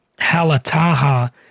Halataha